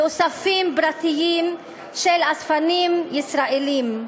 באוספים פרטיים של אספנים ישראלים.